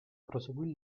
proseguì